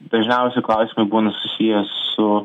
dažniausi klausimai būna susiję su